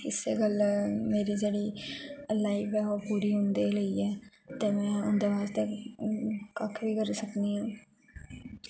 इस गल्ले मेरी जेह्ड़ी लाइफ ऐ ओह् पुरी उंदे लेई ऐ ते में उंदे वास्तै कक्ख बी करी सकनी आं